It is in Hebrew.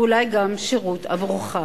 ואולי גם שירות עבורך,